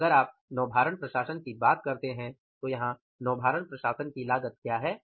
तो अगर आप नौभारण प्रशासन की बात करते हैं तो यहां नौभारण प्रशासन की लागत क्या है